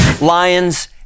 Lions